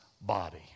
body